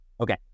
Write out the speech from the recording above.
okay